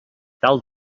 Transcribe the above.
tal